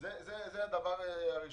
זה הדבר הראשון.